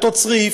באותו צריף,